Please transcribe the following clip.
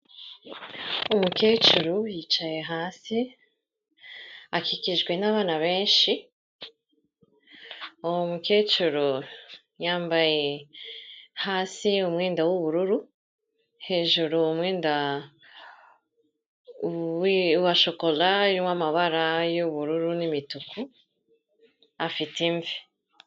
Umukecuru yicaye hasi akikijwe n'abana benshi, uwo mukecuru yambaye hasi umwenda w'ubururu, hejuru umweda wa shokora wa mabara y'ubururu n'imituku, afite imvi.